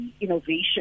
innovation